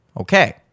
Okay